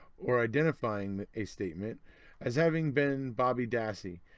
or identifying a statement as having been bobby dassey